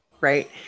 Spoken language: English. Right